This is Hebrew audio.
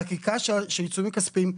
החקיקה של עיצומים כספיים,